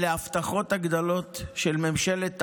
אלה ההבטחות הגדולות של ממשלת הבלוף,